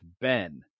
Ben